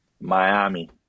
Miami